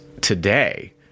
today